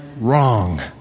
Wrong